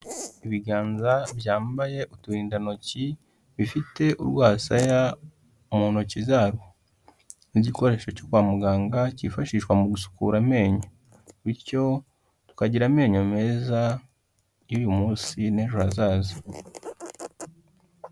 Ibiganza byambaye uturindantoki bifite urwasaya mu ntoki zarwo, n'igikoresho cyo kwa muganga cyifashishwa mu gusukura amenyo. Bityo tukagira amenyo meza y'uyu munsi n'ejo hazaza.